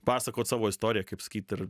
pasakot savo istoriją kaip sakyt ir